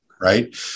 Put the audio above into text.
right